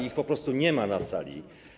Ich po prostu nie ma na sali.